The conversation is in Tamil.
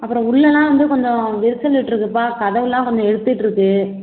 அப்புறம் உள்ளலாம் வந்து கொஞ்சம் விரிசல் விட்டுருக்குப்பா கதவுலாம் கொஞ்சம் எடுத்துட்டுருக்கு